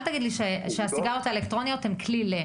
אל תגיד לי שהסיגריות האלקטרוניות הן כלי למשהו,